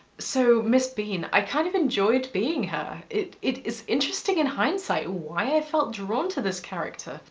so miss bean. i kind of enjoyed being her. it it is interesting in hindsight why i felt drawn to this character,